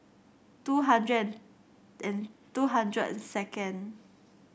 two hundred and and two hundred and second